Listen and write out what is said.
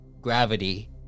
gravity